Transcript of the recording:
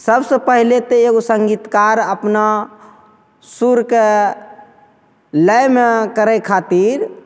सबसे पहिले तऽ एगो सङ्गीतकार अपना सुरके लयमे करै खातिर